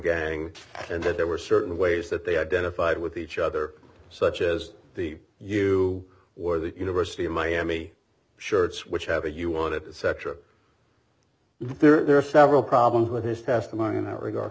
gang and that there were certain ways that they identified with each other such as the you or the university of miami shirts whichever you want to setter there are several problems with his testimony in that regard